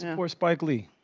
and poor spike lee.